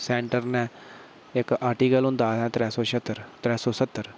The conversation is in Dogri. सैंटर नै इक आर्टिकल होंदा हा त्रै सौ स्हत्तर